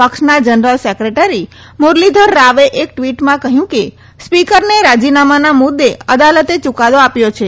પક્ષના general secretary Muralidhar રાવે એક ટ્વીટમાં કહ્યું કે સ્પીકરને રાજીનામાના મુદ્દે અદાલતે યુકાદો આપ્યો છે